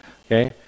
Okay